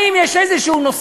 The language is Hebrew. האם יש איזה נושא?